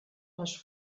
les